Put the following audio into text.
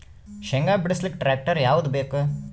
ಶೇಂಗಾ ಬಿಡಸಲಕ್ಕ ಟ್ಟ್ರ್ಯಾಕ್ಟರ್ ಯಾವದ ಬೇಕು?